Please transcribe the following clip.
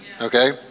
Okay